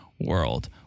world